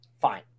fine